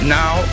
now